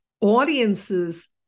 audiences